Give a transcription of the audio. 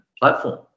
platform